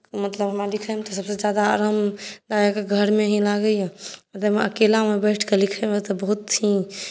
मतलब हमरा लिखैमे सभसे ज्यादा आरामदायक घरमे ही लागैया मतलब अकेलामे बैठ कऽ लिखैमे तऽ बहुत ही